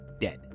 dead